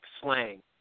slang